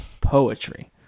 poetry